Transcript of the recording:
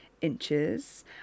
inches